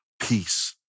peace